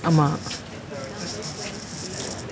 ஆமா:aamaa